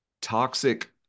toxic